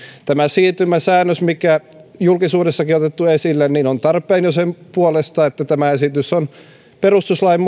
tämä siirtymäsäännös mikä julkisuudessakin on otettu esille on tarpeen jo sen puolesta että tämä esitys on perustuslain